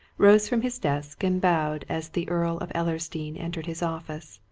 rose from his desk and bowed as the earl of ellersdeane entered his office.